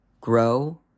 Grow